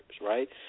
right